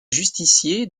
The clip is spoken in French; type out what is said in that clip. justicier